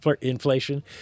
inflation